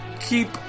keep